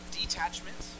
detachment